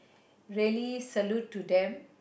really salute to them